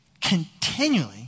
continually